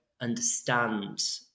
understand